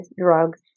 drugs